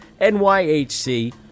NYHC